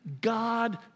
God